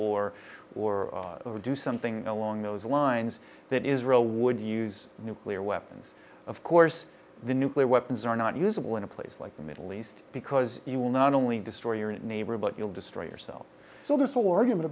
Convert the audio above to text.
or or do something along those lines that israel would use nuclear weapons of course the nuclear weapons are not usable in a place like the middle east because you will not only destroy your neighbor but you'll destroy yourself so th